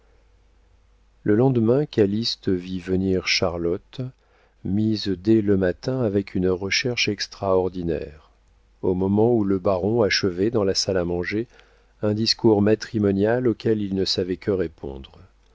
le lendemain calyste vit venir charlotte mise dès le matin avec une recherche extraordinaire au moment où le baron achevait dans la salle à manger un discours matrimonial auquel il ne savait que répondre